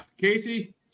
casey